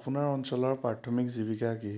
আপোনাৰ অঞ্চলৰ প্ৰাথমিক জীৱিকা কি